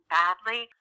badly